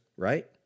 Right